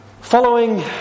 Following